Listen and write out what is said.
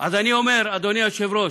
אז אני אומר, אדוני היושב-ראש,